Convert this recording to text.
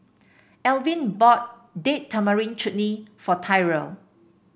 Elvin bought Date Tamarind Chutney for Tyrel